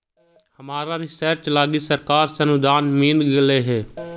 हमरा रिसर्च लागी सरकार से अनुदान मिल गेलई हे